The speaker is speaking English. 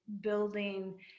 building